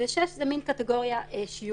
ו-6 זה מין קטגוריה שיורית.